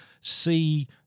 see –